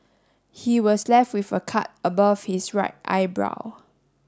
he was left with a cut above his right eyebrow